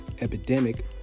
epidemic